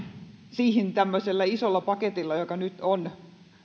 siihen tämmöisellä isolla paketilla joka nyt on